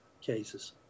cases